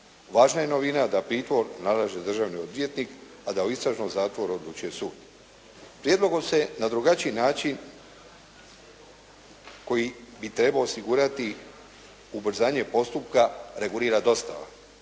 Važna je novina da pritvor nalaže državni odvjetnik a da o istražnom zatvoru odlučuje sud. Prijedlogom se na drugačiji način koji bi trebao osigurati ubrzanje postupka regulira dostava.